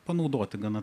panaudoti gana